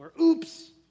oops